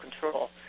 control